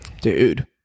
Dude